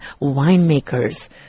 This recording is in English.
winemakers